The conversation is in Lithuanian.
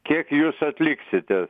kiek jūs atliksite